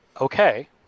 okay